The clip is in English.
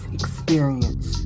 experience